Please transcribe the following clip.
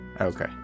Okay